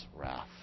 wrath